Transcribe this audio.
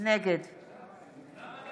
נגד למה נגד?